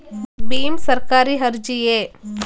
ಭೀಮ್ ಸರ್ಕಾರಿ ಅರ್ಜಿಯೇ?